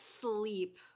sleep